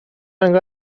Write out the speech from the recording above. انگار